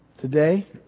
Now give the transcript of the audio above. today